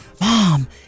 mom